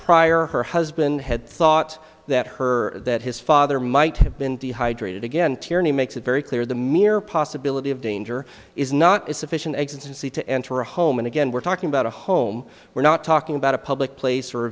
prior her husband had thought that her that his father might have been the hydrated again tierney makes it very clear the mere possibility of danger is not as sufficient eggs and see to enter a home and again we're talking about a home we're not talking about a public place or a